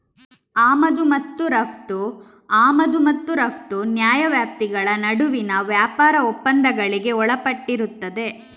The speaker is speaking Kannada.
ಆಮದು ಮತ್ತು ರಫ್ತು ಆಮದು ಮತ್ತು ರಫ್ತು ನ್ಯಾಯವ್ಯಾಪ್ತಿಗಳ ನಡುವಿನ ವ್ಯಾಪಾರ ಒಪ್ಪಂದಗಳಿಗೆ ಒಳಪಟ್ಟಿರುತ್ತದೆ